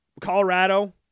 Colorado